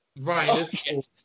Right